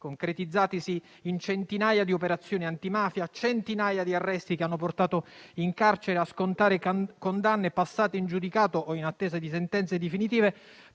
procedendo a centinaia di operazioni antimafia, centinaia di arresti che hanno portato in carcere, a scontare condanne passate in giudicato o in attesa di sentenze definitive,